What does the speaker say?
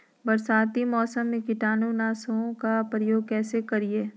बरसाती मौसम में कीटाणु नाशक ओं का प्रयोग कैसे करिये?